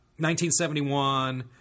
1971